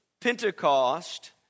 Pentecost